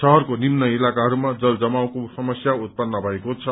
शहरको निम्न इलाकाहरूमा जल जमावको समस्या उत्पन्न भएको छ